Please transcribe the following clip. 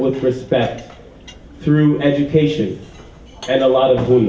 with respect through education and a lot of